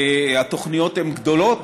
התוכניות הן גדולות,